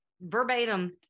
verbatim